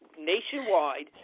nationwide